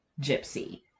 Gypsy